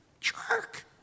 jerk